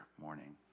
morning